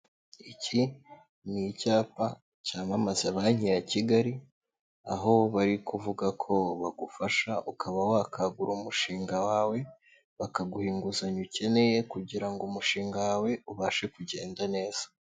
Iki ni icyapa cyamamaza banki ya Kigali, aho bari kuvuga ko bagufasha ukaba wakangura umushinga wawe, bakaguha inguzanyo ukeneye kugira ngo umushinga wawe ubashe kugenda neza.